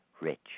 rich